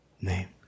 name